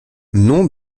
non